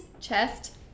chest